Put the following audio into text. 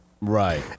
Right